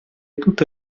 tutte